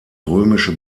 römische